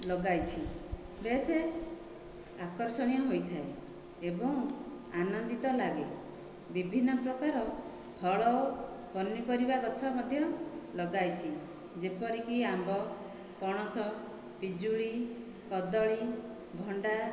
ଲଗାଇଛି ବେଶ୍ ଆକର୍ଷଣୀୟ ହୋଇଥାଏ ଏବଂ ଆନନ୍ଦିତ ଲାଗେ ବିଭିନ୍ନ ପ୍ରକାର ଫଳ ପନିପରିବା ଗଛ ମଧ୍ୟ ଲଗାଇଛି ଯେପରିକି ଆମ୍ବ ପଣସ ପିଜୁଳି କଦଳୀ ଭଣ୍ଡା